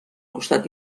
costat